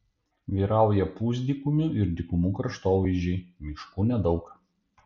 vyrauja pusdykumių ir dykumų kraštovaizdžiai miškų nedaug